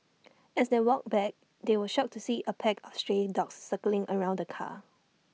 as they walked back they were shocked to see A pack of stray dogs circling around the car